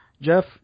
Jeff